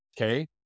okay